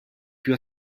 più